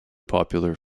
popular